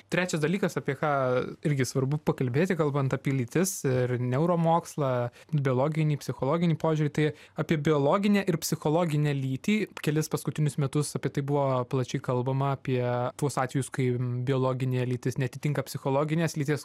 trečias dalykas apie ką irgi svarbu pakalbėti kalbant apie lytis ir neuromokslą biologinį psichologinį požiūrį tai apie biologinę ir psichologinę lytį kelis paskutinius metus apie tai buvo plačiai kalbama apie tuos atvejus kai biologinė lytis neatitinka psichologinės lyties